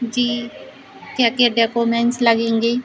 जी क्या क्या डेकोमेन्स लगेंगे